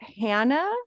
Hannah